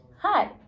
hi